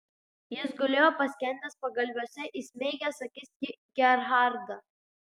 jis gulėjo paskendęs pagalviuose įsmeigęs akis į gerhardą